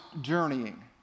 journeying